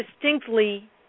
distinctly